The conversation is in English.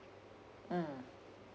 mm